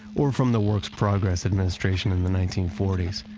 or from the works progress administration in the nineteen forty s.